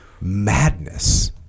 madness